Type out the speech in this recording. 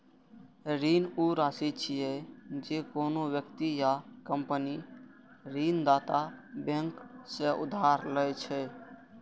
ऋण ऊ राशि छियै, जे कोनो व्यक्ति या कंपनी ऋणदाता बैंक सं उधार लए छै